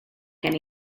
gen